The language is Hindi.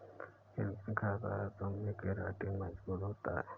किन किन खाद्य पदार्थों में केराटिन मोजूद होता है?